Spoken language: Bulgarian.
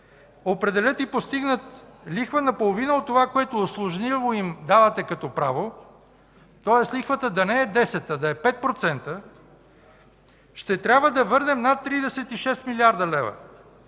определят и постигнат лихва на половина от това, което услужливо им давате като право, тоест лихвата да не е 10%, а да е 5%, ще трябва да върнем над 36 млрд. лв.